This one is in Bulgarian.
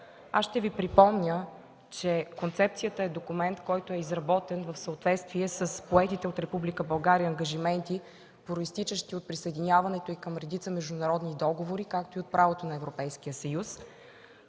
Аз ще Ви припомня, че концепцията е документ, който е изработен в съответствие с поетите от Република България ангажименти, произтичащи от присъединяването ни към редица международни договори, както и от правото на Европейския съюз.